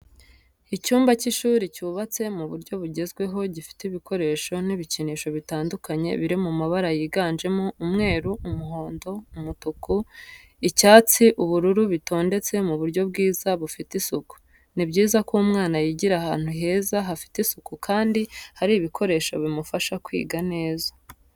Icyumba cy'ishuri cyubatse mu buryo bugezweho gifite ibikoresho n'ibikinisho bitandukanye biri mabara yiganjemo umweru, umuhondo, umutuku, icyatsi ubururu bitondetse mu buryo bwiza bufite isuku. Ni byiza ko umwana yigira ahantu heza hafite isuku kandi hari ibikoresho bimufasha kwiga neza.